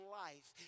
life